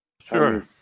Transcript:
Sure